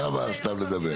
למה סתם לדבר?